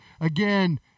again